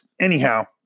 Anyhow